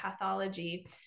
pathology